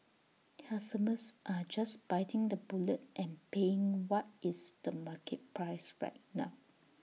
customers are just biting the bullet and paying what is the market price right now